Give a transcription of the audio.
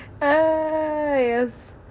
Yes